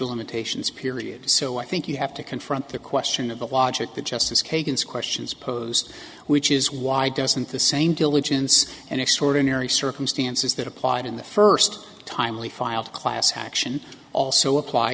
of limitations period so i think you have to confront the question of the logic that justice kagan is questions posed which is why doesn't the same diligence and extraordinary circumstances that applied in the first timely filed class action also apply